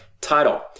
title